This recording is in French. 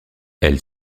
elle